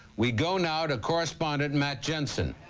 we go now to correspondent matt jensen.